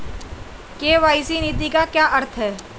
KYC नीति का क्या अर्थ है?